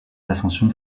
l’ascension